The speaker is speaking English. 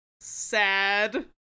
sad